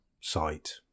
site